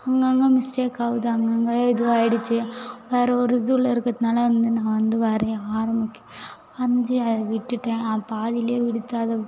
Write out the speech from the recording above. அங்கே அங்கே மிஸ்டேக் ஆகுது அங்ககே அங்கே இதுவாயிடுச்சு வேறே ஒரு இதுவில் இருக்கிறதுனால் வந்து நான் வந்து வரையை ஆரம்பிக்க அஞ்சு அதை விட்டுட்டேன் பாதியில் விடுத்து அதை